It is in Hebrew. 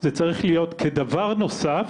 זה צריך להיות כדבר נוסף